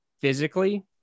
physically